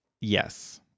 Yes